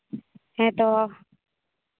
ᱦᱮᱸ ᱛᱚ